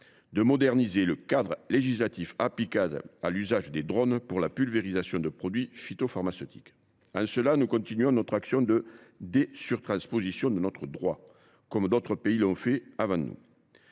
de moderniser le cadre législatif applicable à l’usage de drones pour la pulvérisation de produits phytopharmaceutiques. En cela, nous continuons notre action de « désurtransposition » de notre droit national, comme d’autres pays l’ont fait avant.